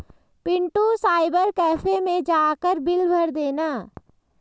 Pintu cyber cafe मैं जाकर bill भर देना